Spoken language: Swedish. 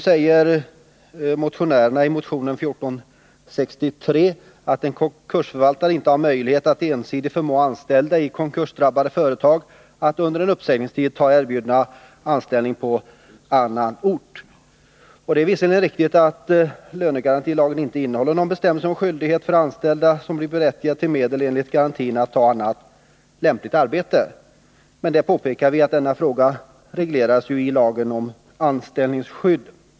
I motionen 1463 sägs att en konkursförvaltare inte har möjlighet att ensidigt förmå anställda i konkursdrabbade företag att under en uppsägningstid ta erbjudna anställningar på annan ort. Det är visserligen riktigt att lönegarantilagen inte innehåller någon bestämmelse om skyldighet för anställda, som är berättigade till medel enligt lönegarantilagen, att ta annat lämpligt arbete. Utskottet påpekar att denna fråga regleras i lagen om anställningsskydd.